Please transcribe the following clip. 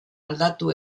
aldatu